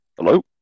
hello